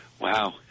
Wow